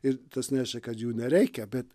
ir tas neša kad jų nereikia bet